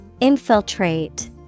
Infiltrate